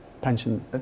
pension